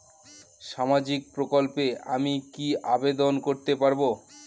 সামাজিক প্রকল্পে কি আমি আবেদন করতে পারবো?